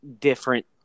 different